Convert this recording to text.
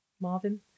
Marvin